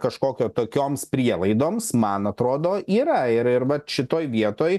kažkokio tokioms prielaidoms man atrodo yra ir ir vat šitoj vietoj